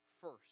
first